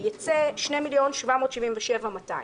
שזה יוצא 2,777,200 ש"ח.